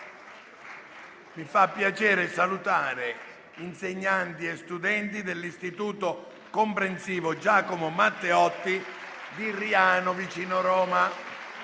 Mi fa piacere salutare insegnanti e studenti dell'Istituto comprensivo «Giacomo Matteotti» di Riano, vicino Roma.